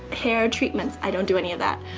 hair treatments. i don't do any of that.